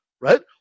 right